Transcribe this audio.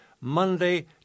Monday